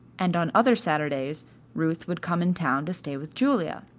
and on other saturdays ruth would come in town to stay with julia.